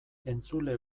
entzule